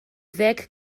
ddeg